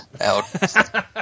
out